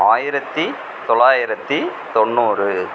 ஆயிரத்தி தொள்ளாயிரத்தி தொண்ணூறு